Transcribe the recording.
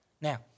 Now